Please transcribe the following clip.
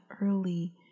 early